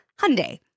Hyundai